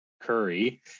Curry